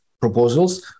proposals